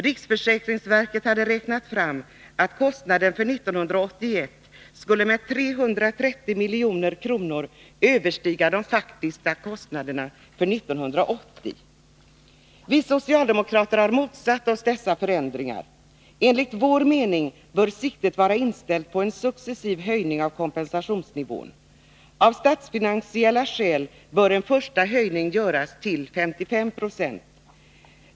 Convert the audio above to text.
Riksförsäkringsverket hade räknat fram att kostnaden för 1981 skulle med 330 milj.kr. överstiga den faktiska kostnaden för 1980. Vi socialdemokrater har motsatt oss dessa förändringar. Enligt vår mening bör siktet vara inställt på en successiv höjning av kompensationsnivån. Av statsfinansiella skäl bör en första höjning göras till 55 96.